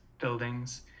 buildings